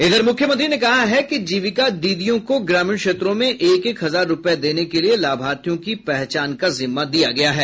इधर मुख्यमंत्री ने कहा है कि जीविका दीदियों को ग्रामीण क्षेत्रों में एक एक हजार रूपये देने के लिए लाभार्थियों की पहचान का जिम्मा दिया गया है